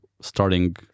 starting